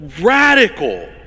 radical